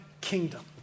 kingdom